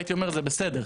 הייתי אומר שזה בסדר.